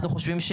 אנחנו חושבים,